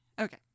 okay